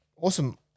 awesome